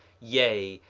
yea,